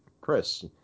Chris